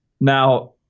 Now